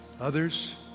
Others